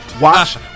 Watch